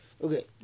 Okay